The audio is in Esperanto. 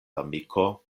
amiko